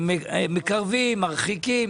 מקרבים, מרחיקים,